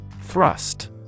Thrust